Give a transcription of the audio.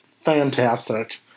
fantastic